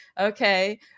okay